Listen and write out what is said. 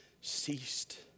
ceased